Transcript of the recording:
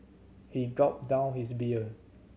he gulped down his beer